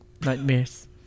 nightmares